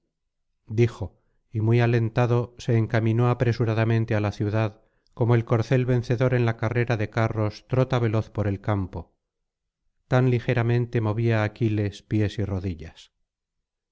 dijo y muy alentado se encaminó apresuradamente á la ciudad como el corcel vencedor en la carrera de carros trota veloz por el campo tan ligeramente movía aquiles pies y rodillas